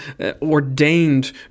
ordained